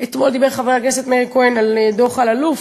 אתמול דיבר חבר הכנסת מאיר כהן על דוח אלאלוף?